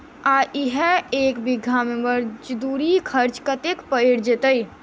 आ इहा एक बीघा मे मजदूरी खर्च कतेक पएर जेतय?